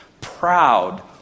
proud